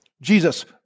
Jesus